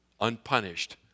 unpunished